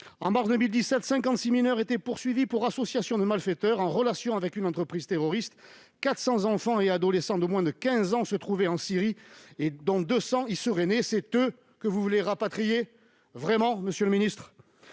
En mars 2017, ce sont 56 mineurs qui étaient poursuivis pour association de malfaiteurs en relation avec une entreprise terroriste ; 400 enfants et adolescents de moins de 15 ans se trouvaient en Syrie, dont 200 y seraient nés. Ce sont eux que vous voulez rapatrier, monsieur le ministre,